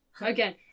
Again